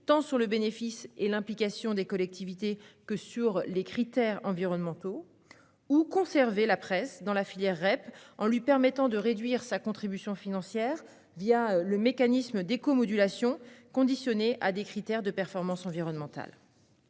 tant sur le bénéfice et l'implication des collectivités que sur les critères environnementaux ; la seconde était de conserver la presse dans la filière REP en lui permettant de réduire sa contribution financière le mécanisme d'écomodulation conditionné à des critères de performance environnementale.